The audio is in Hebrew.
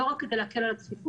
לא רק כדי להקל על הצפיפות,